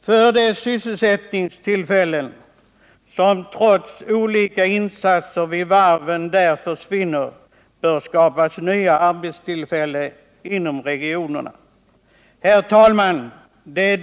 För de sysselsättningstillfällen som försvinner vid varven trots olika insatser där bör skapas nya arbetstillfällen inom regionerna. Herr talman!